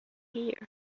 here